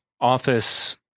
office